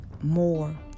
more